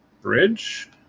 bridge